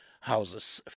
houses